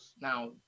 Now